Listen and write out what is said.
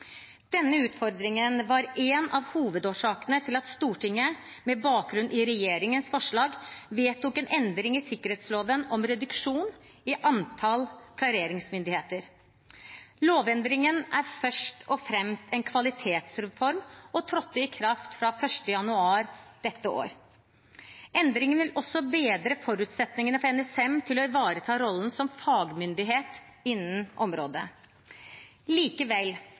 Denne utfordringen var en av hovedårsakene til at Stortinget med bakgrunn i regjeringens forslag vedtok en endring i sikkerhetsloven om reduksjon i antall klareringsmyndigheter. Lovendringen er først og fremst en kvalitetsreform og trådte i kraft 1. januar dette året. Endringen vil også bedre forutsetningene for NSM til å ivareta rollen som fagmyndighet innen området. Likevel: